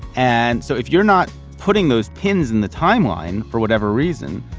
and so if you're not putting those pins in the timeline for whatever reason,